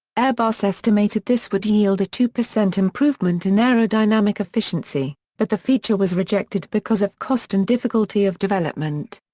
airbus estimated this would yield a two per cent improvement in aerodynamic efficiency, but the feature was rejected because of cost and difficulty of development.